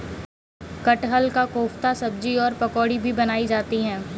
कटहल का कोफ्ता सब्जी और पकौड़ी भी बनाई जाती है